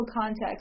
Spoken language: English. context